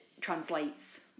translates